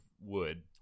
wood